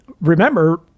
remember